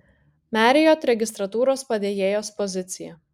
marriott registratūros padėjėjos pozicija